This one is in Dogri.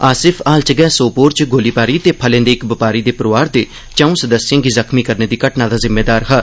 आसिफ हाल च गै सोपोर च गोलीबारी ते फलें दे इक बपारी दे परोआर दे चौं सदस्यें गी जख्मीं करने दी घटना दा जिम्मेदार हा